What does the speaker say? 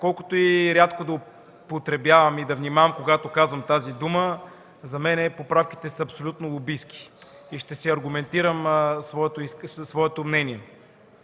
колкото и рядко да употребявам и да внимавам, когато казвам тази дума, за мен поправките са абсолютно лобистки и ще аргументирам своето мнение.